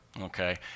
okay